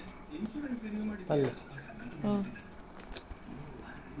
ಮಳೆಯ ಪ್ರಮಾಣ ಹೆಚ್ಚು ಆದರೆ ಭತ್ತ ಮತ್ತು ಗೋಧಿಯ ಇಳುವರಿ ಕಡಿಮೆ ಆಗುತ್ತದಾ?